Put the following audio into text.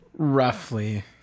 roughly